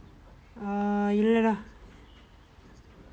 mm இல்லை:illai dah